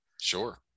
Sure